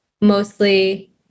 mostly